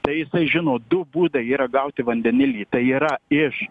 tai žino du būdai yra gauti vandenilį tai yra iš